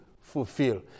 fulfill